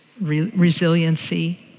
resiliency